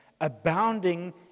abounding